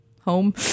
home